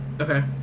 okay